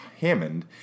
Hammond